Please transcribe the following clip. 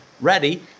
ready